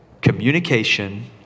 communication